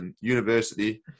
university